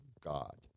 god